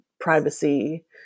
privacy